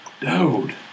dude